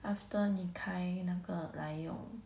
after 你开那个来用